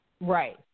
Right